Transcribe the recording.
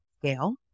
scale